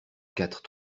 quatre